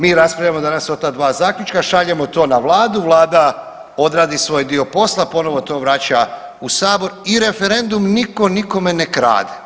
Mi danas raspravljamo o ta dva zaključka, šaljemo to na Vladu, Vlada odradi svoj dio posla, ponovno to vraća u Sabor i referendum nitko nikome ne krade.